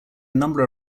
number